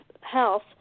health